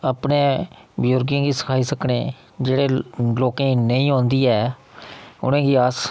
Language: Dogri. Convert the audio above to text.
अपने बजुर्गें गी सखाई सकने जेह्ड़े लोकें गी नेईं औंदी ऐ उ'नें गी अस